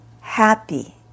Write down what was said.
happy